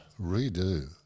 Redo